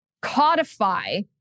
codify